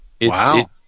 Wow